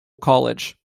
college